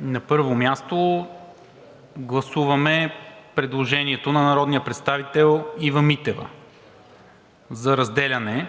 На първо място, гласуваме предложението на народния представител Ива Митева за разделяне